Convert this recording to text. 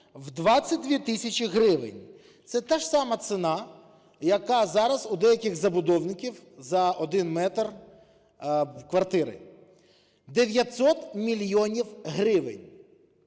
у 22 тисячі гривень. Це та ж сама ж сама ціна, яка зараз у деяких забудовників за один метр квартири. 900 мільйонів гривень